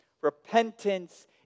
Repentance